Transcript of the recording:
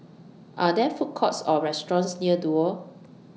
Are There Food Courts Or restaurants near Duo